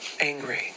angry